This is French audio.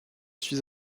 suis